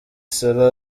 salah